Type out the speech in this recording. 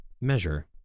measure